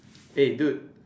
eh dude